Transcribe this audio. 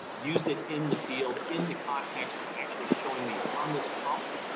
use it in the field in the context where it's actually showing me on this pump.